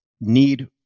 need